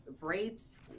rates